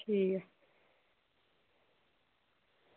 ठीक ऐ